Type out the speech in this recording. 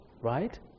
right